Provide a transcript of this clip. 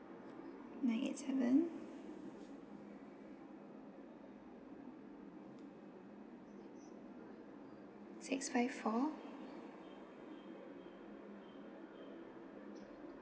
nine eight seven six five four